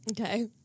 Okay